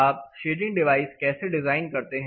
आप shading device कैसे design करते हैं